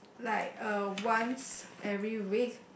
like uh once every week